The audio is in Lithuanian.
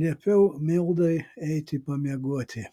liepiau mildai eiti pamiegoti